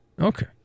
Okay